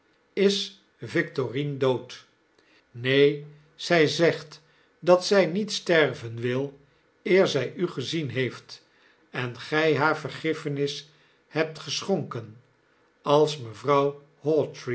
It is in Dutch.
is victorine dood neen i zy zegt dat zij niet sterven wil eer zij u gezien heeft en gy haar vergiffenis hebt geschonken als mevrouw